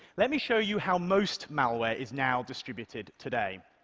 let me show you how most malware is now distributed today.